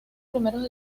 primeros